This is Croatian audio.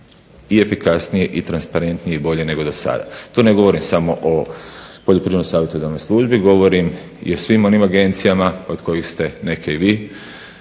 i efikasnije i transparntnije i bolje nego do sada. To ne govorim samo Poljoprivredno savjetodavnoj službi govorim i o svim onim agencijama od koje ste neke i vi